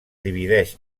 divideix